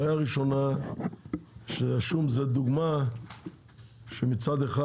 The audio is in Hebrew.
בעיה ראשונה שהשום זה דוגמה שמצד אחד